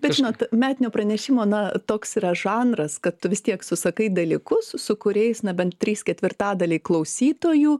bet žinot metinio pranešimo na toks yra žanras kad tu vis tiek susakai dalykus su kuriais na bent trys ketvirtadaliai klausytojų